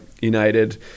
United